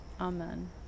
amen